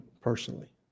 personally